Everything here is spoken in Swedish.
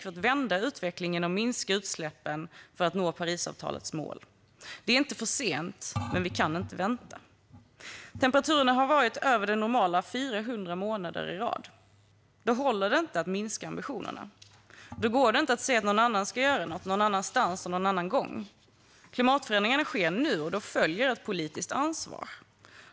Vi behöver vända utvecklingen och minska utsläppen för att nå Parisavtalets mål. Det är inte för sent, men vi kan inte vänta. Temperaturerna har varit över det normala 400 månader i rad. Då håller det inte att minska ambitionerna. Då går det inte att säga att någon annan ska göra det, någon annanstans och någon annan gång. Klimatförändringarna sker nu, och då följer ett politiskt ansvar.